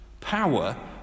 Power